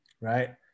Right